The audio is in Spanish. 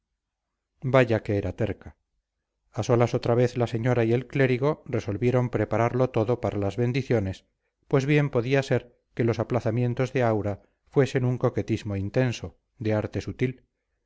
vaya que era terca a solas otra vez la señora y el clérigo resolvieron prepararlo todo para las bendiciones pues bien podía ser que los aplazamientos de aura fuesen un coquetismo intenso de arte sutil